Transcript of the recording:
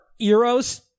euros